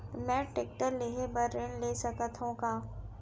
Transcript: मैं टेकटर लेहे बर ऋण ले सकत हो का?